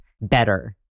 better